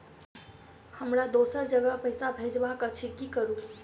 हमरा दोसर जगह पैसा भेजबाक अछि की करू?